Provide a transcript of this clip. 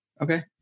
Okay